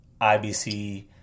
IBC